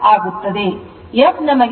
475 kilo hertz 2